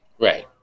Right